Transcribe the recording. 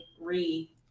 re-